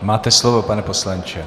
Máte slovo, pane poslanče.